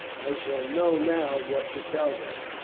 i shall know now what to tell them.